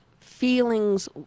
feelings